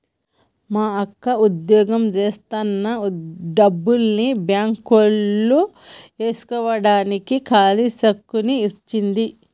మా అక్క వుద్యోగం జేత్తన్న డబ్బుల్ని బ్యేంకులో యేస్కోడానికి ఖాళీ చెక్కుని ఇచ్చింది